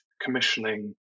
commissioning